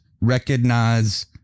recognize